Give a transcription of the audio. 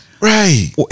Right